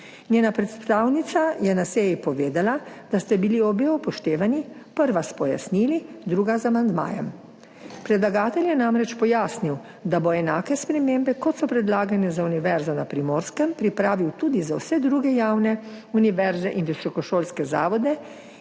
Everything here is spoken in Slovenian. Njena predstavnica je na seji povedala, da sta bili obe upoštevani, prva s pojasnili, druga z amandmajem. Predlagatelj je namreč pojasnil, da bo enake spremembe, kot so predlagane za Univerzo na Primorskem, pripravil tudi za vse druge javne univerze in visokošolske zavode